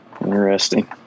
Interesting